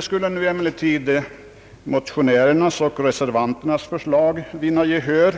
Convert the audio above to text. Skulle emellertid motionärernas och reservanternas förslag vinna gehör,